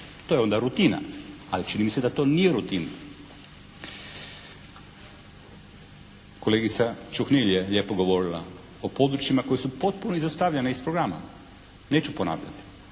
To je onda rutina. Ali čini mi se da to nije rutina. Kolegica Čuhnil je lijepo govorila o područjima koja su potpuno izostavljena iz programa. Neću ponavljati.